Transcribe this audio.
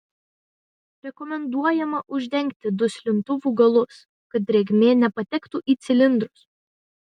rekomenduojama uždengti duslintuvų galus kad drėgmė nepatektų į cilindrus